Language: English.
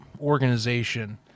organization